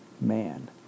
man